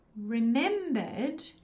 remembered